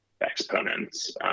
exponents